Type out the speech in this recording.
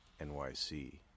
NYC